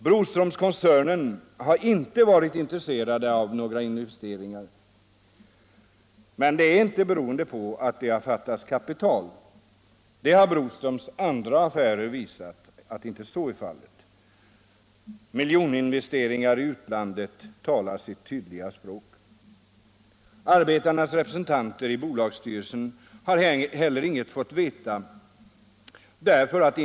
Broströmkoncernen har inte varit intresserad av några investeringar. Men detta har inte berott på att det fattats kapital. Broströms andra affärer har visat att så inte är fallet. Miljoninvesteringarna i utlandet talar sitt tydliga språk. Inte heller har arbetarnas representanter i bolagsstyrelsen fått veta något.